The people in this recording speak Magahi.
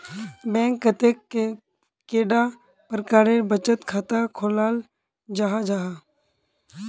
बैंक कतेक कैडा प्रकारेर बचत खाता खोलाल जाहा जाहा?